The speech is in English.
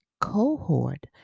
cohort